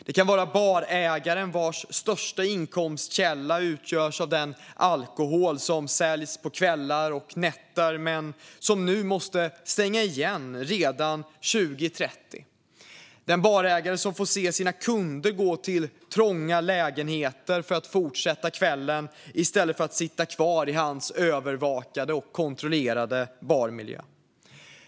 Det kan vara barägaren vars största inkomstkälla är den alkohol som säljs på kvällar och nätter. Men nu måste han stänga redan 20.30 och får se sina kunder gå till trånga lägenheter för att fortsätta kvällen i stället för att sitta kvar i hans övervakade och kontrollerade barmiljö.